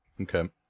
Okay